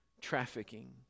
trafficking